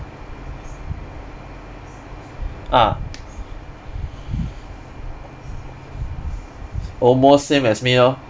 ah almost same as me lor